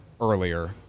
earlier